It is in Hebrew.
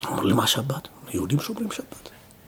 הוא אומר לי מה שבת? יהודים שומרים שבת.